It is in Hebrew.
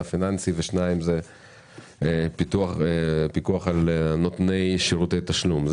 פיננסי והשני הוא פיקוח על נותני שירותי תשלום.